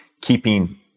keeping